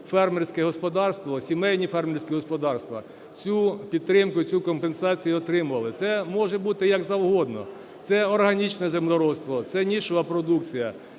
фермерське господарство, сімейні фермерські господарства цю підтримку, цю компенсацію отримали. Це може бути як завгодно: це органічне землеробство, це нішева продукція,